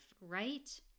right